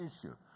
issue